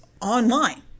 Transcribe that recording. online